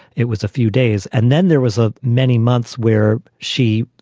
it was a few days. and then there was a many months where she,